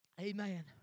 Amen